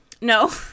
No